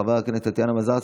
חברת הכנסת טטיאנה מזרסקי,